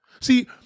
See